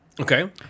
Okay